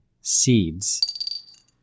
seeds